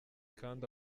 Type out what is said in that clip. kandi